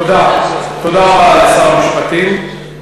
תודה רבה לשר המשפטים.